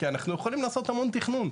כי אנחנו יכולים לעשות המון תכנון,